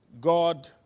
God